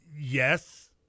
Yes